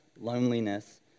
loneliness